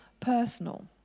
personal